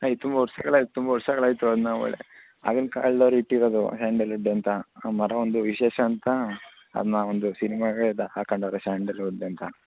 ಆಯ್ ತುಂಬ ವರ್ಷಗಳೇ ಆಯ್ತು ತುಂಬ ವರ್ಷಗಳಾಯಿತು ಅದನ್ನ ಒಳ್ಳೆಯ ಆಗಿನ ಕಾಲ್ದವ್ರು ಇಟ್ಟಿರೋದು ಹ್ಯಾಂಡಲ್ವುಡ್ ಅಂತ ಆ ಮರ ಒಂದು ವಿಶೇಷ ಅಂತ ಅದನ್ನ ಒಂದು ಸಿನಿಮಾಗೆ ಅದು ಹಾಕ್ಕೊಂಡವ್ರೆ ಸ್ಯಾಂಡಲ್ವುಡ್ ಅಂತ